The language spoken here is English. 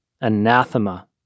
anathema